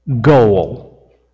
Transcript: goal